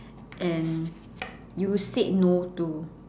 and you said no to